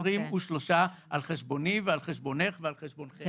23 על חשבוני ועל חשבונך ועל חשבונכם.